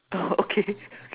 orh okay